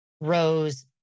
Rose